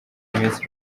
miss